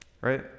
right